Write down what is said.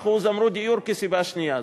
30% אמרו דיור כסיבה שנייה.